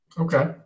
Okay